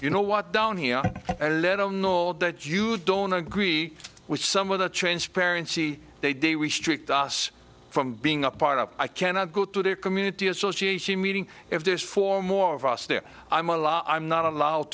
you know what down here at a little knoll that you don't agree with some of the transparency they do restrict us from being a part of i cannot go to their community association meeting if there's four more of us there i'm a lot i'm not allowed